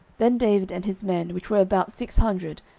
then david and his men, which were about six hundred,